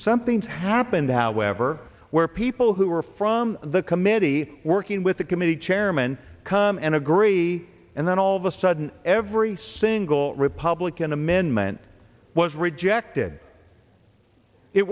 something's happened however where people who were from the committee working with the committee chairman come and agree and then all of a sudden every single republican amendment was rejected it